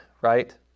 right